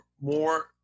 more